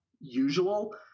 usual